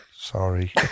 Sorry